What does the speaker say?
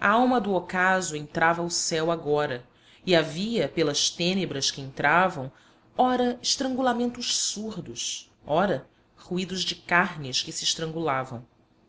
a alma do ocaso entrava o céu agora e havia pelas tênebras que entravam ora estrangulamentos surdos ora ruídos de carnes que se estrangulavam